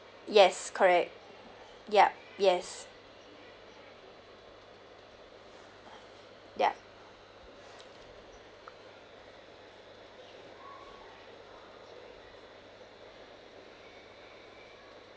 yes correct yup yes yup